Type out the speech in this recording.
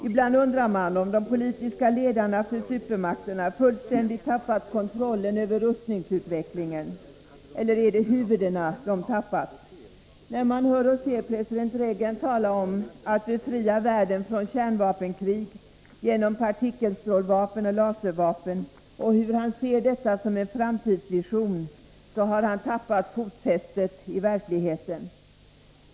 Ibland undrar man om de politiska ledarna för supermakterna fullständigt tappat kontrollen över rustningsutvecklingen. Eller är det huvudena de tappat? När president Reagan talar om att befria världen från kärnvapenkrig genom partikelstrålvapen och laservapen och om hur han ser detta som en framtidsvision, då har han tappat fotfästet i verkligheten.